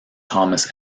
thomas